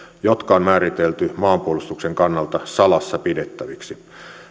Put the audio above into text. jotka on määritelty maanpuolustuksen kannalta salassa pidettäviksi